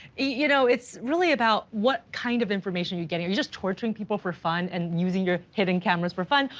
you know it's really about what kind of information you're getting. are you just torturing people for fun and using your hidden cameras for fun?